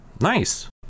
Nice